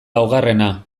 laugarrena